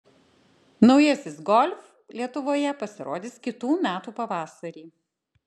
naujasis golf lietuvoje pasirodys kitų metų pavasarį